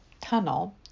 Tunnel